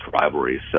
rivalries